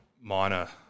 minor